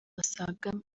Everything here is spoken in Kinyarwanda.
basaga